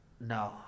No